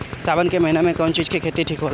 सावन के महिना मे कौन चिज के खेती ठिक होला?